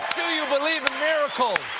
do you believe in miracles!